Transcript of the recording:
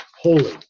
holy